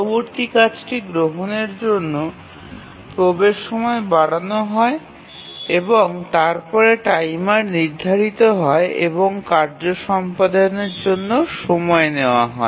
পরবর্তী টাস্কটি গ্রহণের জন্য প্রবেশ সময় বাড়ানো হয় এবং তারপরে টাইমার নির্ধারিত হয় এবং কার্য সম্পাদনের জন্য সময় নেওয়া হয়